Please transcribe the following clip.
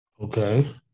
Okay